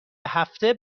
هفته